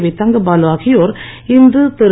we Thangabalu ஆகியோர் இன்று திரு